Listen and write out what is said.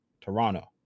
Toronto